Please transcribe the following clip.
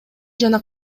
жана